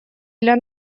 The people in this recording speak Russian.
для